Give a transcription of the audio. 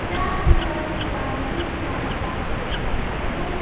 کیٛاہ نرم ژامَنۍ چھےٚ ساختہٕ کھۄتہٕ اَصٕل